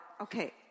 Okay